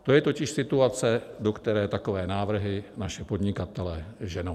To je totiž situace, do které takové návrhy naše podnikatele ženou.